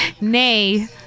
Nay